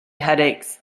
headaches